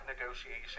negotiation